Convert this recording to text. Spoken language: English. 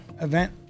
event